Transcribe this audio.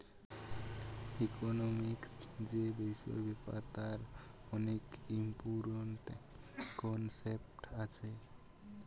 economic যে বিষয় ব্যাপার তার অনেক ইম্পরট্যান্ট কনসেপ্ট আছে